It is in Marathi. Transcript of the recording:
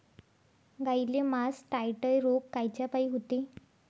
गाईले मासटायटय रोग कायच्यापाई होते?